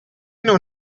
non